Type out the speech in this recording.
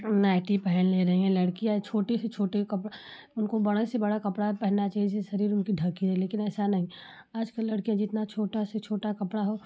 nightie पहन ले रही हैं लड़कियाँ छोटे से छोटे कपड़े उनको बड़े से बड़ा कपड़ा पहनना चाहिए जिससे शरीर उनके ढके रहें लेकिन ऐसा नहीं आजकल लड़कियाँ जितना छोटा से छोटा कपड़ा हो